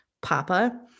Papa